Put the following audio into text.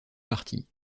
parties